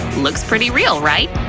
looks pretty real, right?